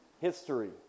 history